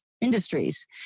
Industries